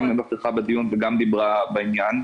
היא גם נכחה בדיון וגם דיברה בעניין,